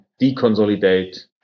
deconsolidate